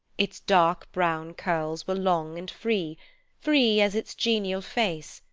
its dark brown curls were long and free free as its genial face,